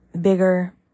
bigger